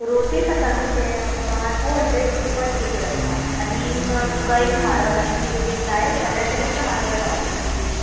roses आसा न्हू ते आमकां टू हंड्रेड पर के जी आसा आनीग तुका इफ म्हारग आनी किदें बीन जाय जाल्यार तें मातशें म्हारग आसा ऑक्किट्स बीन